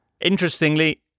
Interestingly